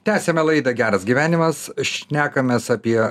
tęsiame laidą geras gyvenimas šnekamės apie